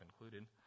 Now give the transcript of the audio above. included